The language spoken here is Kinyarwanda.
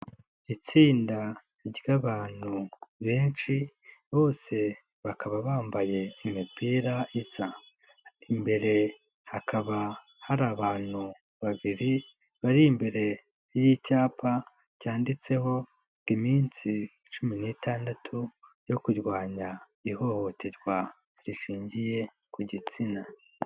Itsinda ry'abantu benshi bose bakaba bambaye imipira isa. Imbere hakaba hari abantu babiri bari imbere y'icyapa cyanditseho iminsi cumi n'itandatu yo kurwanya ihohoterwa rishingiye ku gitsina.